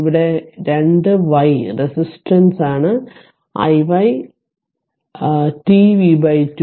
ഇവിടെ 2 y റെസിസ്റ്റൻസാണ് i y time t v 2